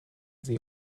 sie